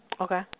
Okay